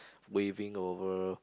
waving over